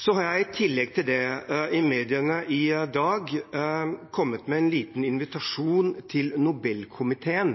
Så har jeg i tillegg i mediene i dag kommet med en liten